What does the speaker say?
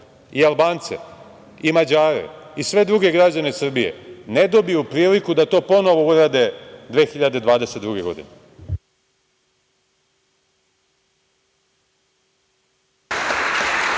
i Albance i Mađare i sve druge građane Srbije ne dobiju priliku da ponovo urade 2022. godine.